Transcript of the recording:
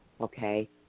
okay